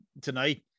tonight